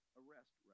arrest